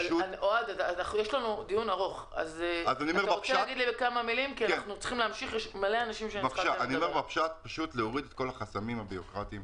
אני מבקש להוריד את כל החסמים הבירוקרטים.